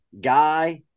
guy